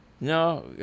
No